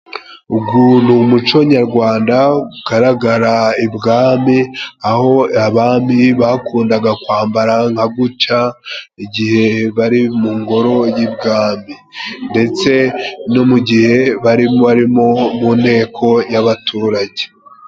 Uguntu umuco nyagwanda ugaragara ibwami, aho abami bakundaga kwambara nka guca igihe bari mu ngoro y'ibwami, ndetse no mu gihe bari barimo mu nteko y'abaturage.